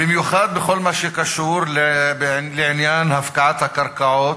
במיוחד בכל מה שקשור לעניין הפקעת הקרקעות,